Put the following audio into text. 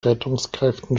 rettungskräften